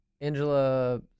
Angela